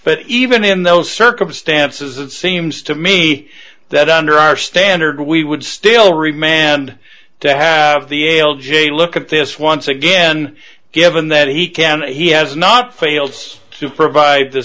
but even in those circumstances it seems to me that under our standard we would still remain and to have the ael jay look at this once again given that he can he has not fails to provide the